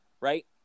right